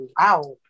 wow